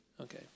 Okay